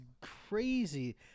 crazy